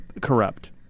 corrupt